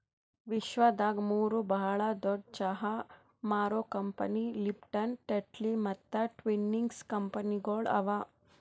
ವಿಶ್ವದಾಗ್ ಮೂರು ಭಾಳ ದೊಡ್ಡು ಚಹಾ ಮಾರೋ ಕಂಪನಿ ಲಿಪ್ಟನ್, ಟೆಟ್ಲಿ ಮತ್ತ ಟ್ವಿನಿಂಗ್ಸ್ ಕಂಪನಿಗೊಳ್ ಅವಾ